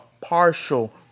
partial